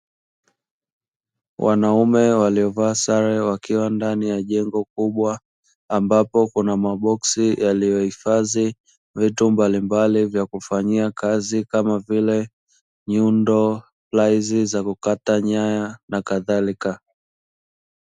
Wanaume waliovaa sare wakiwa ndani ya jengo kubwa ambapo kuna maboksi yaliyohifadhi vitu mbalimbali vya kufanyia kazi kama vile nyundo, plaizi za kukata nyaya na kadhalika.